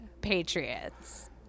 patriots